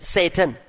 Satan